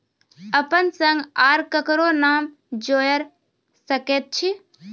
अपन संग आर ककरो नाम जोयर सकैत छी?